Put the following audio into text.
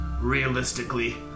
realistically